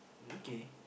okay